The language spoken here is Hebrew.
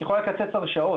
היא יכולה לקצץ הרשאות,